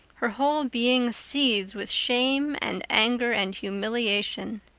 her whole being seethed with shame and anger and humiliation.